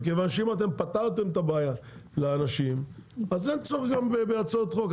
כיוון שאם אתם פתרתם את הבעיה לאנשים אז אין צורך גם בהצעת החוק.